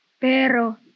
Pero